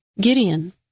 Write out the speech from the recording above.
Gideon